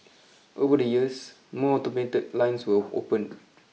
over the years more automated lines were opened